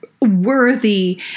worthy